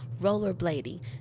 rollerblading